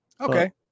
Okay